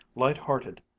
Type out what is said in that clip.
light-hearted,